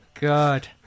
God